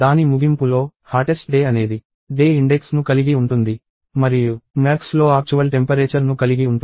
దాని ముగింపులో hottest day అనేది డే ఇండెక్స్ ను కలిగి ఉంటుంది మరియు మ్యాక్స్ లో ఆక్చువల్ టెంపరేచర్ ను కలిగి ఉంటుంది